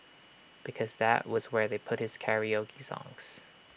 because that was where they put his karaoke songs